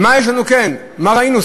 מה יש לנו כן, מה ראינו?